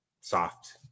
soft